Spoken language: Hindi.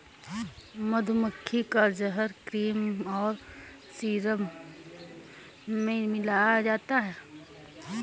मधुमक्खी का जहर क्रीम और सीरम में मिलाया जाता है